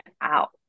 out